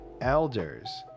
elders